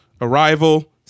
Arrival